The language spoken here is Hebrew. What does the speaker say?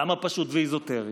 ולמה פשוט ואזוטרי?